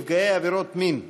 נפגעי עבירות מין),